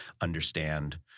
understand